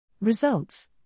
Results